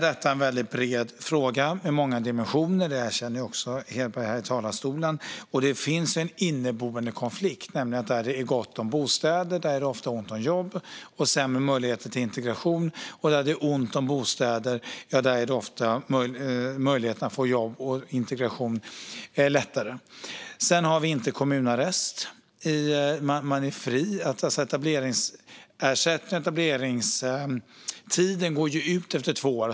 Detta är en bred fråga med många dimensioner. Det erkänner också Hedberg här i talarstolen. Det finns en inneboende konflikt, nämligen att där det är gott om bostäder är det ofta ont om jobb, och möjligheterna till integration är sämre. Där det är ont om bostäder är möjligheterna att få jobb bättre, och integrationen går lättare. Vi har inte kommunarrest. Man är fri. Etableringstiden går ut efter två år.